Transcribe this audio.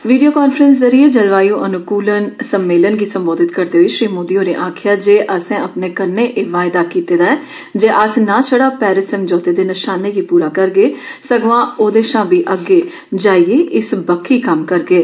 video काफ्रस राए जलवाय् अनुकूलन सम्मेलन गी सम्बोधित करदे होई श्री मोदी होरे आक्खेआ ऐ जे असें अपने कन्नै एह वायदा कीते दा ऐ जे अस ना छड़ा पेरिस समझौते दे नशाने गी पूरा करगे सग्आ ओदे शा बी अग्गे जाइयै इस बक्खी कम्म करगे